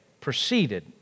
proceeded